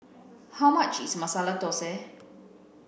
how much is Masala Dosa